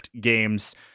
games